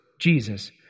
Jesus